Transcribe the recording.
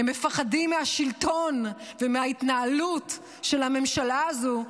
הם מפחדים מהשלטון ומההתנהלות של הממשלה הזו,